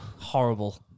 Horrible